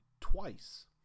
twice